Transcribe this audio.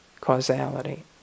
causality